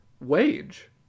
wage